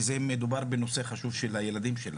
כי מדובר בנושא חשוב של הילדים שלנו,